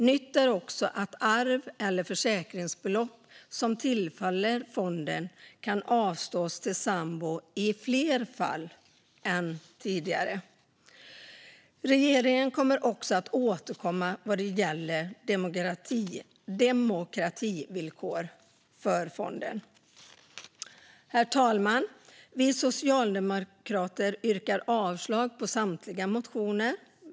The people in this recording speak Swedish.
Nytt är också att arv eller försäkringsbelopp som tillfaller fonden kan avstås till sambo i fler fall än tidigare. Regeringen kommer också att återkomma när det gäller demokrativillkor för fonden. Herr talman! Vi socialdemokrater yrkar avslag på samtliga motioner.